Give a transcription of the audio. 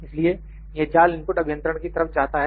इसलिए यह जाल इनपुट अभियंत्रण की तरफ जाता है